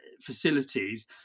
facilities